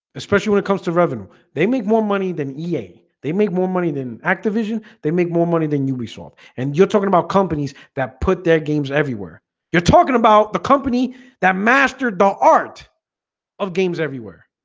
especially when it comes to revenue they make more money than ea they make more money than activision they make more money than you resolve and you're talking about companies that put their games everywhere you're talking about the company that mastered the art of games everywhere